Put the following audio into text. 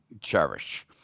cherish